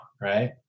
right